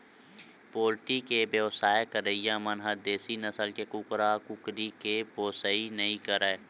poultry के बेवसाय करइया मन ह देसी नसल के कुकरा, कुकरी के पोसइ नइ करय